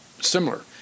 similar